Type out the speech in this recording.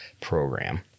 program